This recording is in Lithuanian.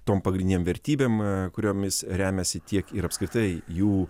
tom pagrindinėm vertybėm kuriomis remiasi tiek ir apskritai jų